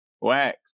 Wax